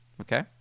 okay